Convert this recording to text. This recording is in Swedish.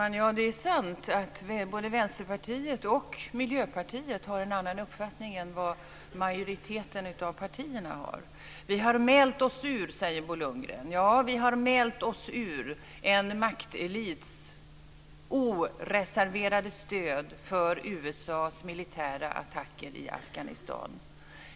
Fru talman! Det är sant att både Vänsterpartiet och Miljöpartiet har en annan uppfattning än vad majoriteten av partierna har. Vi har mält oss ur, säger Bo Lundgren. Ja, vi har mält oss ur en maktelits oreserverade stöd för USA:s militära attacker i Afghanistan.